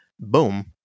boom